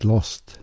Lost